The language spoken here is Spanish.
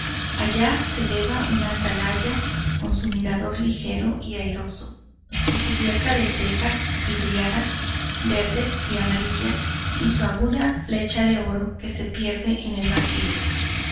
allá se eleva una atalaya con su mirador ligero y airoso su cubierta de tejas vidriadas verdes y amarillas y su aguda flecha de oro que se pierde en el vacío